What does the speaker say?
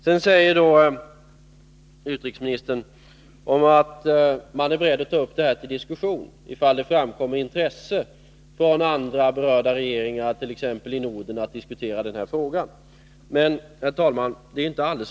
Sedan säger utrikesministern att man är beredd att ta upp detta till diskussion, om det framkommer intresse från andra berörda regeringar, t.ex. i Norden, av att diskutera den här frågan. Herr talman!